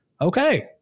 Okay